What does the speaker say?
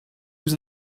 was